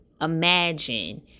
imagine